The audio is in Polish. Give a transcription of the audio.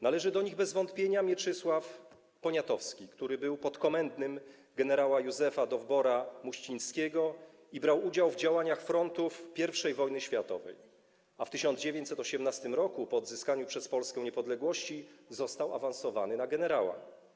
Należy do nich bez wątpienia Mieczysław Poniatowski, który był podkomendnym gen. Józefa Dowbor-Muśnickiego, i brał udział w działaniach frontów I wojny światowej, a w 1918 r., po odzyskaniu przez Polskę niepodległości, został awansowany na generała.